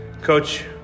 Coach